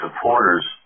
supporters